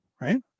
right